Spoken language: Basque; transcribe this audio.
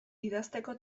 idazteko